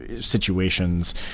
situations